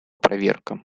проверка